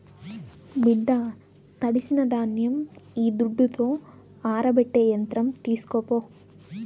బిడ్డా తడిసిన ధాన్యం ఈ దుడ్డుతో ఆరబెట్టే యంత్రం తీస్కోపో